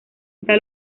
está